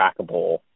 trackable